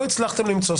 לא הצלחתם למצוא,